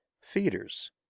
feeders